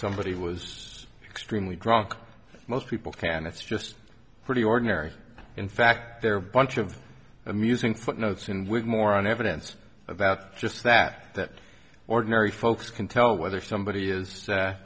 somebody was extremely drunk most people can it's just pretty ordinary in fact there are bunch of amusing footnotes and with more on evidence about just that that ordinary folks can tell whether somebody is